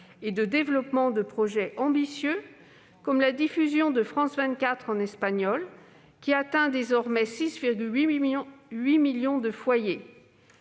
et de développement de projets ambitieux, comme la diffusion de France 24 en espagnol, qui touche désormais 6,8 millions de foyers.